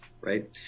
right